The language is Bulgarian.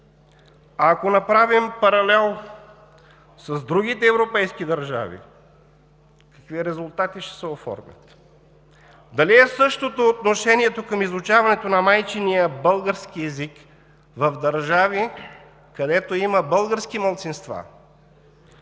Ако направим паралел с другите европейски държави, какви резултати ще се оформят? Дали е същото отношението към изучаването на майчиния български език в държави, където има български малцинства